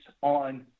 on